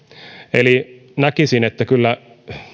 eli näkisin että kyllä